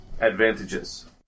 advantages